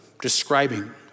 describing